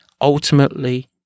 ultimately